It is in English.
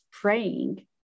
praying